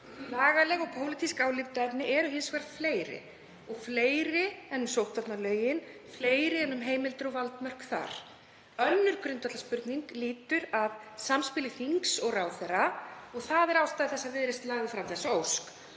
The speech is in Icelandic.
Lagaleg og pólitísk álitaefni eru hins vegar fleiri og fleiri en sóttvarnalögin, fleiri en um heimildir og valdmörk þar. Önnur grundvallarspurning lýtur að samspili þings og ráðherra og það er ástæða þess að Viðreisn lagði fram þessa ósk.